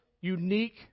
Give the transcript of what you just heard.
unique